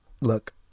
look